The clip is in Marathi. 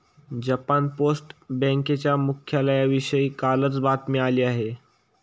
जपान पोस्ट बँकेच्या मुख्यालयाविषयी कालच बातमी आली आहे